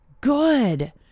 good